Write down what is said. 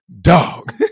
dog